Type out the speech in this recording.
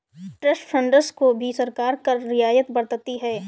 trust funds को भी सरकार कर में रियायत बरतती है